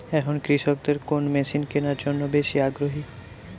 এখন কৃষকদের কোন মেশিন কেনার জন্য বেশি আগ্রহী?